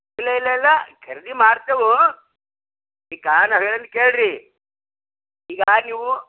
ಇಲ್ಲ ಇಲ್ಲ ಇಲ್ಲ ಖರೀದಿ ಮಾಡ್ತೇವೆ ಈಗ ನಾವು ಹೇಳೋದ್ ಕೇಳಿರಿ ಈಗ ನೀವು